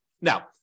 Now